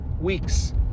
weeks